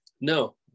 No